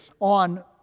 on